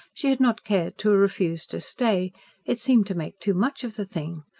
she had not cared to refuse to stay it seemed to make too much of the thing.